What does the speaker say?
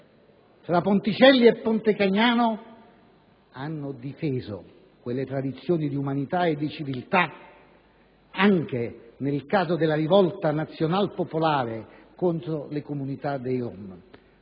fra Ponticelli e Pontecagnano, hanno difeso quelle tradizioni di umanità e di civiltà, anche nel caso della rivolta nazional-popolare contro le comunità dei rom.